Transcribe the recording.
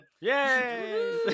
yay